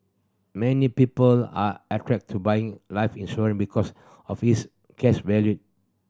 many people are attracted to buying life insurance because of its cash value